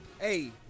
Hey